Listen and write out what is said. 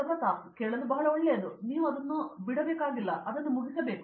ಪ್ರತಾಪ್ ಹರಿದಾಸ್ ಕೇಳಲು ಬಹಳ ಒಳ್ಳೆಯದು ಆದರೆ ನೀವು ಅದನ್ನು ಬಿಡಬೇಕಾಗಿಲ್ಲ ನೀವು ಅದನ್ನು ಮುಗಿಸಬಹುದು